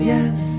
Yes